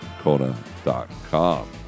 Kona.com